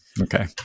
Okay